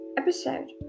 episode